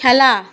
খেলা